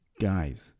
Guys